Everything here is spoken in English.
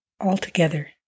altogether